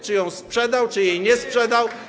czy ją sprzedał, czy jej nie sprzedał.